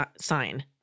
sign